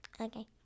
Okay